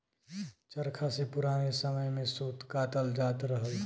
चरखा से पुराने समय में सूत कातल जात रहल